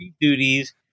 duties